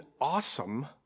awesome